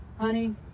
honey